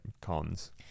cons